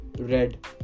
red